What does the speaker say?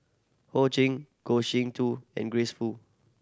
Ho Ching Goh Sin Tub and Grace Fu